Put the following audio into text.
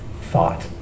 thought